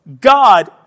God